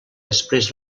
després